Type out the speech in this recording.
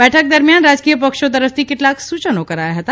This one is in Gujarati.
બેઠક દરમિયાન રાજકીય પક્ષો તરફથી કેટલાક સૂચનો કરાયા હતા